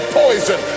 poison